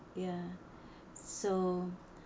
ya so